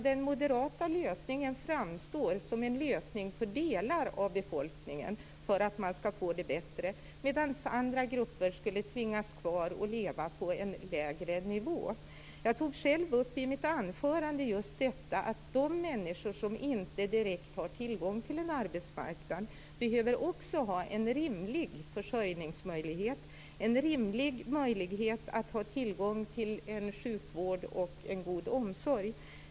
Den moderata lösningen framstår som en lösning för delar av befolkningen för att man skall få det bättre, medan andra grupper skulle tvingas leva kvar på en lägre nivå. Jag tog själv i mitt anförande upp just detta att de människor som inte direkt har tillgång till en arbetsmarknad behöver ha en rimlig försörjningsmöjlighet, en rimlig möjlighet att få tillgång till en sjukvård och en god omsorg.